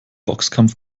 boxkampf